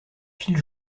file